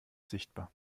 sichtbar